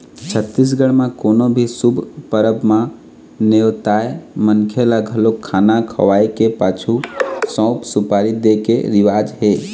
छत्तीसगढ़ म कोनो भी शुभ परब म नेवताए मनखे ल घलोक खाना खवाए के पाछू सउफ, सुपारी दे के रिवाज हे